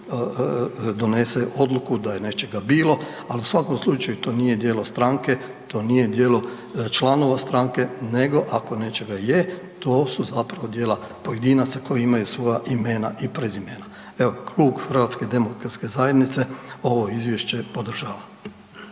donese odluke da je nečega bilo, ali u svakom slučaju to nije djelo stranke, nije djelo članova stranke nego ako nečega je, to su zapravo djela pojedinaca koja imaju svoja imena i prezimena. Evo klub HDZ-a ovo izvješće podržava.